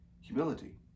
humility